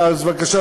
אז בבקשה,